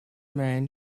man